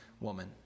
woman